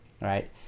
Right